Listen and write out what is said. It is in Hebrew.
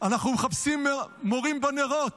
אנחנו מחפשים מורים בנרות.